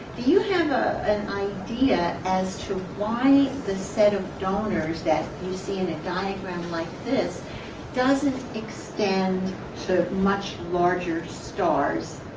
do you have ah an idea as to why set of donors that you see in a diagram like this doesn't extend to much larger stars?